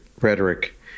rhetoric